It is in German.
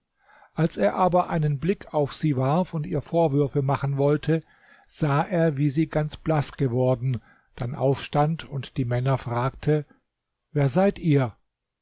als er aber einen blick auf sie warf und ihr vorwürfe machen wollte sah er wie sie ganz blaß geworden dann aufstand und die männer fragte wer seid ihr